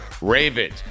Ravens